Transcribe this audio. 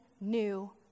new